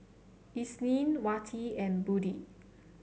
Isnin Wati and Budi